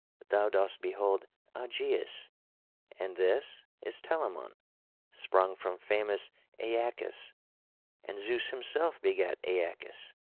thou dost behold augeias and this is telamon sprung from famous aeacus and zeus himself begat aeacus.